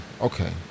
okay